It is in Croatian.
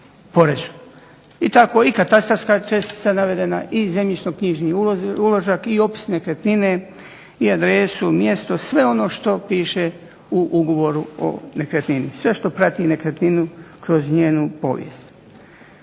I tako katastarska čestica navedena i zemljišno-knjižni uložak i opis nekretnine i adresu, mjesto sve ono što piše u ugovoru o nekretnini, sve što prati nekretninu kroz njezinu povijest.